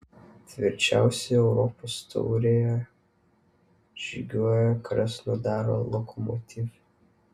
tvirčiausiai europos taurėje žygiuoja krasnodaro lokomotiv